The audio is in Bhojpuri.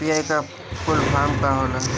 यू.पी.आई का फूल फारम का होला?